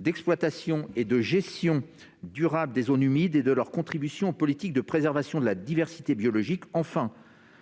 d'exploitation et de gestion durable des zones humides et de leur contribution aux politiques de préservation de la diversité biologique [